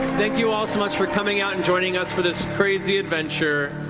thank you all so much for coming out and joining us for this crazy adventure.